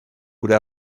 would